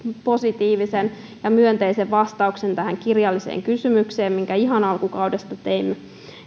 positiivisen ja myönteisen vastauksen tähän kirjalliseen kysymykseen minkä ihan alkukaudesta tein